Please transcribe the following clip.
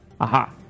Aha